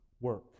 work